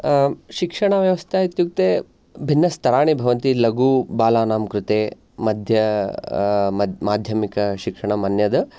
शिक्षणव्यवस्था इत्युक्ते भिन्नस्तराणि भवन्ति लघुबालानां कृते मध्य मद् माध्यमिकशिक्षणम् अन्यत्